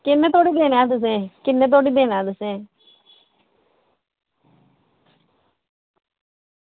किन्ने धोड़ी देना तुसें किन्ने धोड़ी देना तुसें